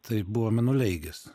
tai buvo mėnuleigis